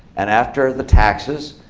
and after the taxes,